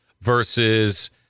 versus